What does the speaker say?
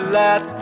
let